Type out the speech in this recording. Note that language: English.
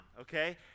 okay